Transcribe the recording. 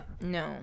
no